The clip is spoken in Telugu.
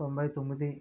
తొంభై తొమ్మిది